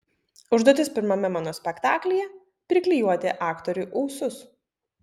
užduotis pirmame mano spektaklyje priklijuoti aktoriui ūsus